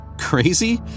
Crazy